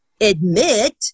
admit